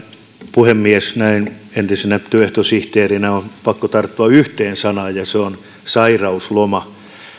puhemies näin entisenä työehtosihteerinä on pakko tarttua yhteen sanaan ja se on sairausloma